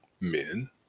men